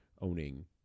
owning